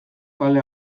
kale